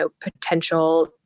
potential